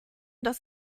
dass